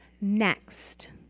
next